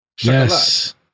Yes